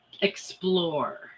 explore